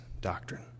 doctrine